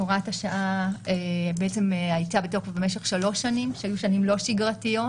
הוראת השעה הייתה בתוקף במשך 3 שנים שהיו שנים לא שגרתיות,